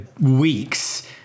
weeks